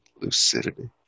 lucidity